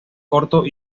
corto